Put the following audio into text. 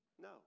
No